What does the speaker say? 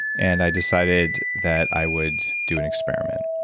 and i decided that i would do an experiment.